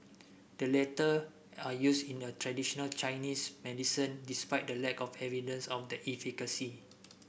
the latter are used in the traditional Chinese medicine despite the lack of evidence of their efficacy